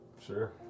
Sure